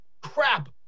Crap